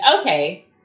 okay